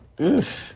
oof